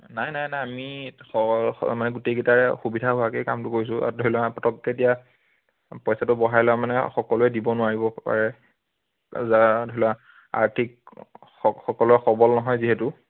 নাই নাই নাই আমি স মানে গোটেইকেইটাৰে সুবিধা হোৱাকৈ কামটো কৰিছোঁ আৰু ধৰি লোৱা পতককৈ এতিয়া পইচাটো বঢ়াই লোৱা মানে সকলোৱে দিব নোৱাৰিবও পাৰে যাৰ ধৰি লোৱা আৰ্থিক সকলোৰ সবল নহয় যিহেতু